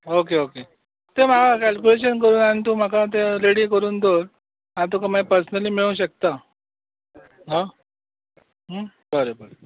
okay okay तें म्हाका calculation करून म्हाका तें रेडी करून दवर हांव तुका मागीर पर्सनली मेळूं शकता आं बरें बरें